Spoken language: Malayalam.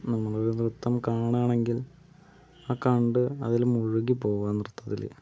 നമ്മള് നൃത്തം കാണാണെങ്കിൽ ആ കണ്ട് അതില് മുഴുകിപ്പോകും ആ നൃത്തത്തില്